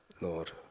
Lord